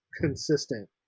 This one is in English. consistent